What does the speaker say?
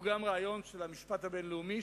הוא גם רעיון של המשפט הבין-לאומי,